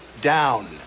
down